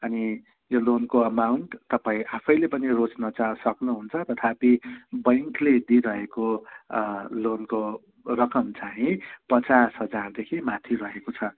अनि यो लोनको अमाउन्ट तपाईँ आफैले पनि रोज्न चा सक्नुहुन्छ तथापि ब्याङ्कले दिइरहेको लोनको रकम चाँहि पचास हजारदेखि माथि रहेको छ